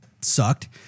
sucked